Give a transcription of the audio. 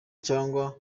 cyangwa